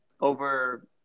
over